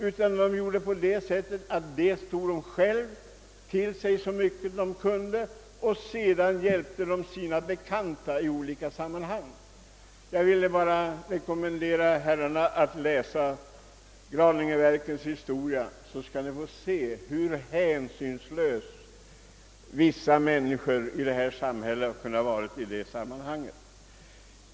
De lade själva beslag på så stora områden som möjligt och hjälpte i övrigt sina bekanta i olika sammanhang. Jag vill bara rekommendera herrarna att läsa Graningeverkens historia, som visar hur hänsynslöst vissa människor i vårt land farit fram i detta sammanhang.